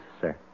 sir